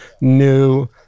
new